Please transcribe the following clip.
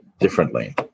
differently